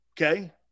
okay